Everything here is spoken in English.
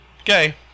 Okay